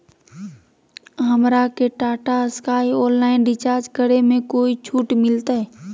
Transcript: हमरा के Tata Sky online recharge करे में कोई छूट मिलतई